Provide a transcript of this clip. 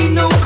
no